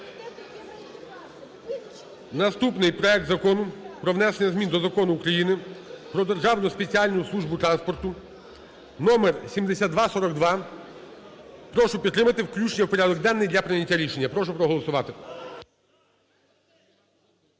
Наступний проект Закону про внесення змін до Закону України "Про Державну спеціальну службу транспорту"(№ 7242). Прошу підтримати включення у порядок денний для прийняття рішення. Прошу проголосувати.